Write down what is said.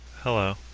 hello,